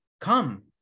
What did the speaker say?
Come